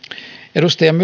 edustaja myller